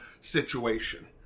situation